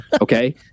okay